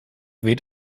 weht